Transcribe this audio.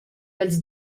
pels